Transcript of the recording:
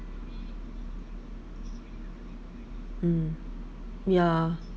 mm yeah